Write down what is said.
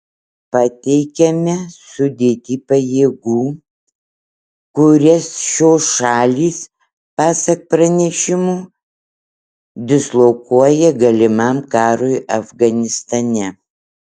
pateikiame sudėtį pajėgų kurias šios šalys pasak pranešimų dislokuoja galimam karui afganistane